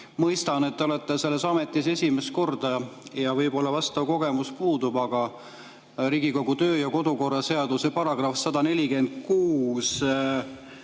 mõistan, et te olete selles ametis esimest korda ja võib-olla vastav kogemus puudub, aga Riigikogu kodu- ja töökorra seaduse § 146